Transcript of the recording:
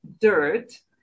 dirt